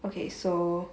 okay so